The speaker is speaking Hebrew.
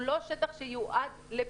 הוא לא שטח שיועד לפיתוח.